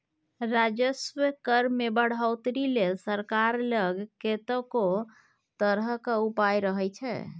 राजस्व कर मे बढ़ौतरी लेल सरकार लग कतेको तरहक उपाय रहय छै